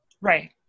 right